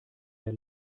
der